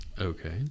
Okay